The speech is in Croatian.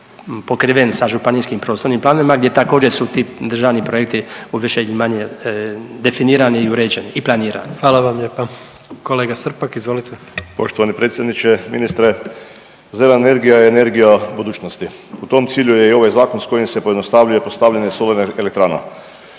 pokriven sa županijskim prostornim planovima gdje također su ti državni projekti u više ili manje definirani i uređeni i planirani. **Jandroković, Gordan (HDZ)** Hvala vam lijepa. Kolega Srpak izvolite. **Srpak, Dražen (HDZ)** Poštovani predsjedniče, ministre, zelena energija je energija budućnosti. U tom cilju je i ovaj zakon s kojim se pojednostavljuje postavljanje solarnih elektrana.